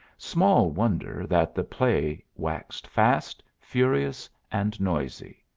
small wonder that the play waxed fast, furious, and noisy.